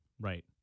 Right